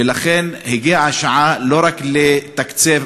ולכן הגיעה השעה לא רק לתקצב,